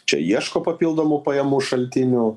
čia ieško papildomų pajamų šaltinių